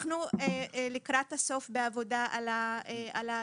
אנחנו לקראת הסוף בעבודה על התקנות.